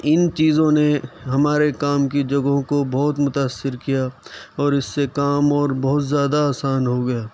اِن چیزوں نے ہمارے کام کی جگہوں کو بہت متاثر کیا اور اِس سے کام اور بہت زیادہ آسان ہو گیا